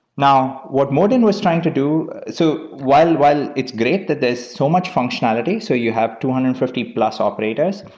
now, what modin was trying to do so while while it's great that there's so much functionality. so you have two hundred and fifty plus operators.